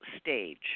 stage